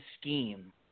scheme